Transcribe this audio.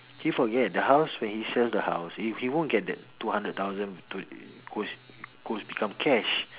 he forget the house when he sells the house he he won't get that two hundred thousand to goes goes become cash